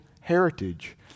heritage